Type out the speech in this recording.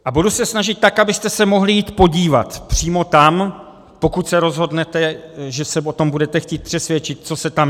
A budu se snažit tak, abyste se mohli jít podívat přímo tam, pokud se rozhodnete, že se o tom budete chtít přesvědčit, co se tam děje.